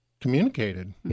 communicated